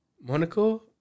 Monaco